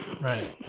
Right